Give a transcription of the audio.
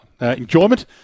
enjoyment